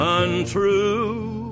untrue